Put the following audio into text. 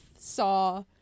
saw